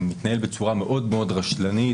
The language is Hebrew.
שמתנהל בצורה מאוד רשלנית,